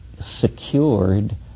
secured